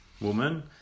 woman